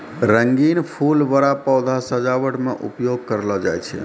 रंगीन फूल बड़ा पौधा सजावट मे उपयोग करलो जाय छै